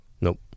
Nope